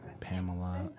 Pamela